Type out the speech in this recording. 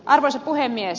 arvoisa puhemies